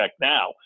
now